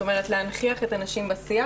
זאת אומרת להנכיח את הנשים בשיח.